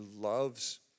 loves